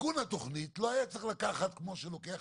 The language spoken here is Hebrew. תיקון התכנית לא היה צריך לקחת כמו שלוקח